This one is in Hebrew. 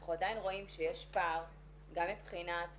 אנחנו עדיין רואים שיש פער גם מבחינת הדירקטוריונים,